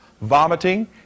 vomiting